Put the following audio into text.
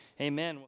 Amen